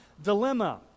Dilemma